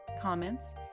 comments